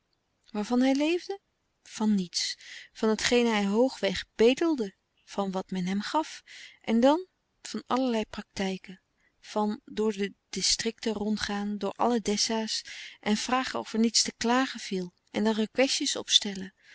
waarvan hij leefde van niets van hetgeen hij hoogweg bedelde van wat men hem gaf en dan van allerlei praktijken van door de districten rondgaan door alle dessa's en vragen of er niets te klagen viel en dan requestjes opstellen